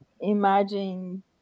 imagine